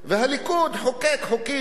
הליכוד חוקק חוקים,